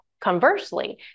conversely